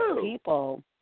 people